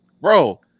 Bro